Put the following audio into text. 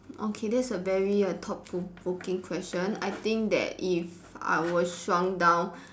okay that's a very err thought provoking question I think that if I were shrunk down